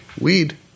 weed